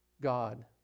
God